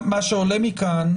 מה שעולה מכאן,